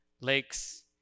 lakes